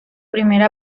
primera